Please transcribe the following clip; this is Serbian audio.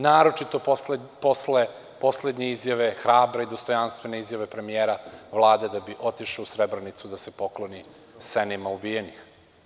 Naročito posle poslednje izjave, hrabre i dostojanstvene izjave premijera Vlade da bi otišao u Srebrenicu da se pokloni senima ubijenih.